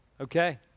Okay